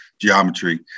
geometry